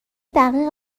دقیق